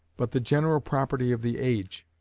but the general property of the age,